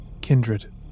Kindred